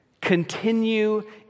Continue